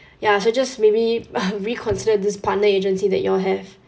ya so just maybe uh reconsider this partner agency that you all have